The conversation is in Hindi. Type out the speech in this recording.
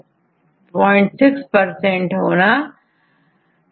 serinethreonine पोलर रेसिड्यू हैं और इनका परसेंटेज भी पर्याप्त मात्रा में होता है